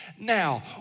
now